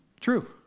True